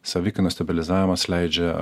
savikainos stabilizavimas leidžia